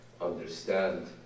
understand